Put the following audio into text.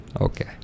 okay